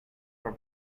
for